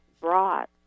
brought